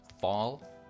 fall